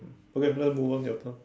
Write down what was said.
okay certain move on your turn